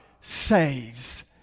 saves